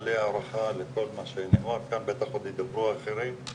מלא הערכה לכל מה שנאמר כאן, בטח ידברו האחרים,